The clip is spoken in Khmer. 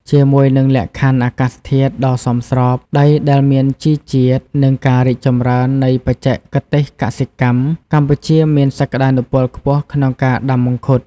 ជាមួយនឹងលក្ខខណ្ឌអាកាសធាតុដ៏សមស្រប ដីដែលមានជីជាតិ និងការរីកចម្រើននៃបច្ចេកទេសកសិកម្ម កម្ពុជាមានសក្ដានុពលខ្ពស់ក្នុងការដាំមង្ឃុត។